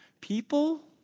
people